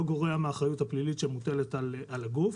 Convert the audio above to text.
גורע מהאחריות הפלילית שמוטלת על הגוף.